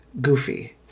goofy